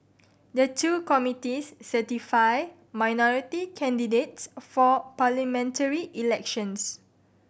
the two committees certify minority candidates for parliamentary elections